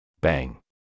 Bang